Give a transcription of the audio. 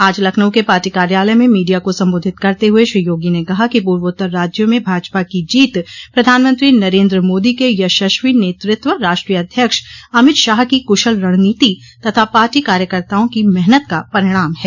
आज लखनऊ के पार्टी कार्यालय में मीडिया को सम्बोधित करते हुए श्री योगी ने कहा कि पूर्वोत्तर राज्यों में भाजपा की जीत प्रधानमंत्री नरेन्द्र मोदी के यशस्वो नतृत्व राष्ट्रीय अध्यक्ष अमित शाह की कुशल रणनीति तथा पार्टी कायकर्ताओं की मेहनत का परिणाम है